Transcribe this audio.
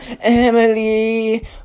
Emily